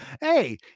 hey